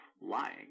lying